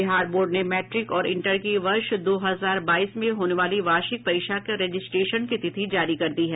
Bihar board ने matric और inter की वर्ष दो हजार बाईस में होने वाली वार्षिक परीक्षा के रजिस्ट्रेशन की तिथि जारी कर दी है